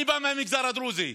אני בא מהמגזר הדרוזי.